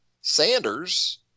Sanders